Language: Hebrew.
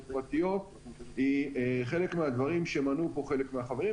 פרטיות היא חלק מהדברים שמנו פה חלק מהחברים,